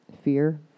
fear